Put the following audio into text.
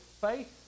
Faith